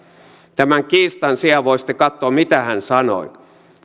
tämän kiistan sijaan voisitte katsoa mitä hän sanoi